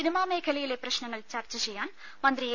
cinema മേഖലയിലെ പ്രശ്നങ്ങൾ ചർച്ച ചെയ്യാൻ മന്ത്രി എ